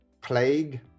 plague